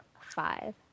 five